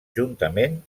juntament